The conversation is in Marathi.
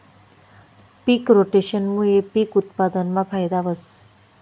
पिक रोटेशनमूये पिक उत्पादनमा फायदा व्हस